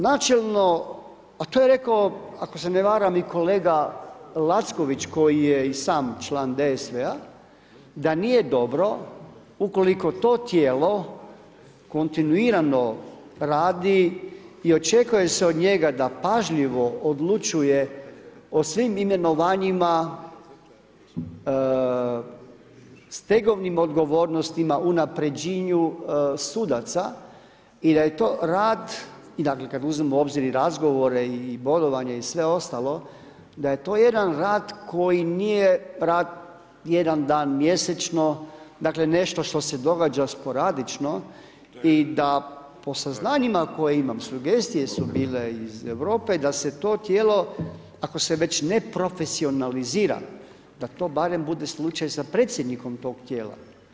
Načelno a to je rekao ako se ne varam i kolega Lacković koji je i sam član DSV-a da nije dobro ukoliko to tijelo kontinuirano radi i očekuje se od njega da pažljivo odlučuje o svim imenovanjima, stegovnim odgovornostima, unapređenju sudaca i da je to rad i dakle kada uzmemo u obzir i razgovore i bodovanje i sve ostalo da je to jedan rad koji nije rad jedan dan mjesečno dakle nešto što se događa sporadično i da po saznanjima koje imam, sugestije su bile iz Europe da se to tijelo ako se već ne profesionalizira da to barem bude slučaj za predsjednikom tog tijela.